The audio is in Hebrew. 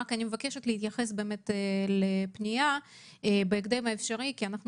אני מבקשת להתייחס לפניה בהקדם האפשרי כי אנחנו